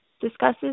discusses